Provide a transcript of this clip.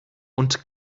und